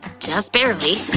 just barely.